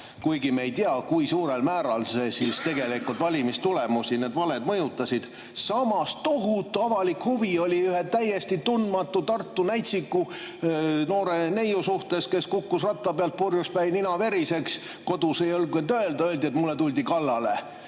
ära. Me ei tea, kui suurel määral need valed tegelikult valimistulemusi mõjutasid. Samas oli tohutu avalik huvi ühe täiesti tundmatu Tartu näitsiku, noore neiu vastu, kes kukkus ratta pealt purjuspäi nina veriseks, kodus ei julgenud öelda, ütles, et mulle tuldi kallale.